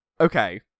Okay